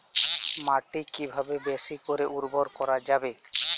মাটি কিভাবে বেশী করে উর্বর করা যাবে?